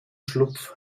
schlupf